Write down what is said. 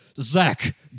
Zach